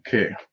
Okay